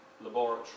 laboratory